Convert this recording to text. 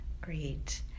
Great